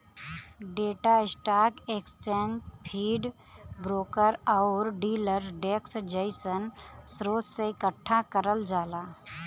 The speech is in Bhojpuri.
data stock exchange feed, broker आउर डीलर डेस्क जइसन स्रोत से एकठ्ठा करल जाला